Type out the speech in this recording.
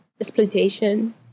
exploitation